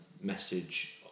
message